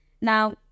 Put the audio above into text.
now